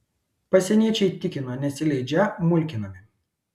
pasieniečiai tikina nesileidžią mulkinami